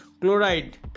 chloride